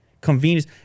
Convenience